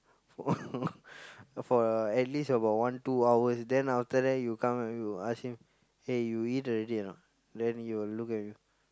for at least about one two hours then after that you come and you ask him eh you eat already or not then he will look at you